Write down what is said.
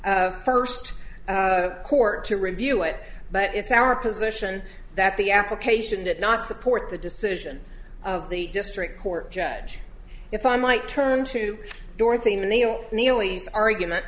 first court to review it but it's our position that the application that not support the decision of the district court judge if i might turn to dorothy menino neely's argument